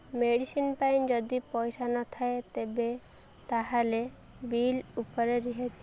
medicine ପାଇଁ ଯଦି ପଇସା ନଥାଏ ତେବେ ତା'ହେଲେ ବିଲ୍ ଉପରେ ରିହାତି